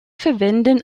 verwenden